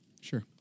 Sure